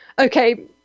Okay